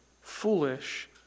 foolish